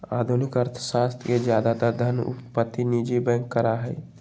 आधुनिक अर्थशास्त्र में ज्यादातर धन उत्पत्ति निजी बैंक करा हई